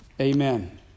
Amen